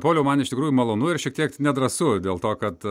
pauliau man iš tikrųjų malonu ir šiek tiek nedrąsu dėl to kad